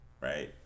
right